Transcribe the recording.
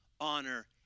Honor